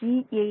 ஏ என்பது